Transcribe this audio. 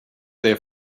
there